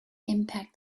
impact